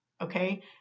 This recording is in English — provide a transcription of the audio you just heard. Okay